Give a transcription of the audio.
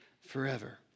forever